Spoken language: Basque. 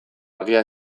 argia